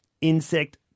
insect